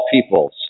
peoples